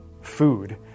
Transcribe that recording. food